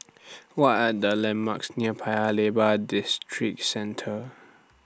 What Are The landmarks near Paya Lebar Districentre